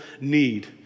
need